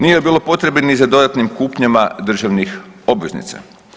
Nije bilo potrebe ni za dodatnim kupnjama državnih obveznica.